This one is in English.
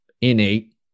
innate